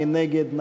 מי נגד?